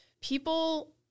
people